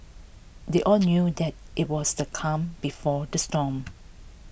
they all knew that IT was the calm before the storm